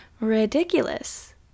ridiculous